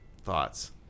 thoughts